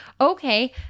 okay